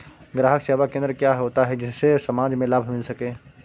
ग्राहक सेवा केंद्र क्या होता है जिससे समाज में लाभ मिल सके?